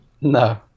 No